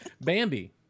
Bambi